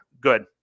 good